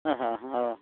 ᱚ ᱦᱚᱸ ᱚ